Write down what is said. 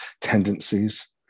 tendencies